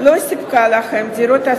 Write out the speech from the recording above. הוא תוצאה של הפסקת כל תוכניות הדיור